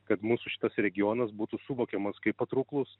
kad mūsų šitas regionas būtų suvokiamas kaip patrauklus